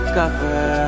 cover